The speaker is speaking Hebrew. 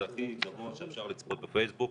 זה הכי גבוה שאפשר לצפות בפייסבוק,